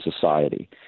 society